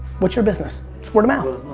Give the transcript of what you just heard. what's your business? it's word of mouth!